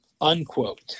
unquote